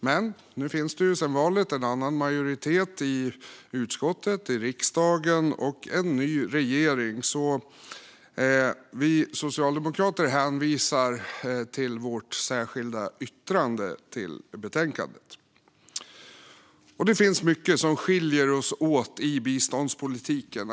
Men nu finns ju sedan valet en annan majoritet i utskottet och riksdagen och en ny regering, så vi socialdemokrater hänvisar till vårt särskilda yttrande i betänkandet. Det finns mycket som skiljer oss åt när det gäller biståndspolitiken.